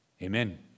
Amen